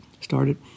started